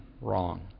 wrong